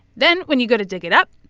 then when you go to dig it up,